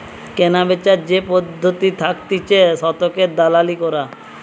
কেনাবেচার যে পদ্ধতি থাকতিছে শতকের দালালি করা